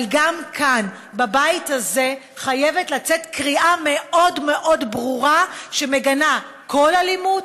אבל גם כאן בבית הזה חייבת לצאת קריאה מאוד מאוד ברורה שמגנה כל אלימות,